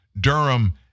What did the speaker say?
Durham